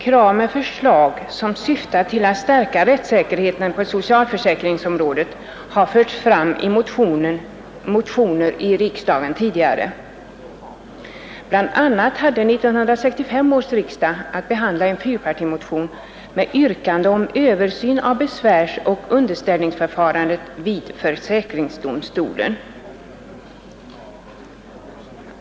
Krav med förslag som syftat till att stärka rättssäkerheten på socialförsäkringsområdet har förts fram i motioner i riksdagen tidigare. Bl. a. hade 1965 års riksdag att behandla en fyrpartimotion med yrkande om översyn av besvärsoch underställningsförfarandet vid försäkringsdomstolen.